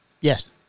Yes